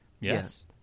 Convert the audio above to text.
Yes